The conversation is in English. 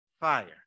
fire